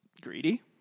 Greedy